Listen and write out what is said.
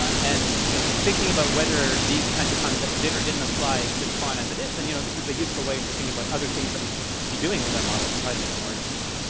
and you know thinking about whether these kinds of concepts did or didn't apply to spaun as it is. and you know, this is a useful way for thinking about other things that we should be doing with our model to try to make it more interesting.